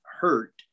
hurt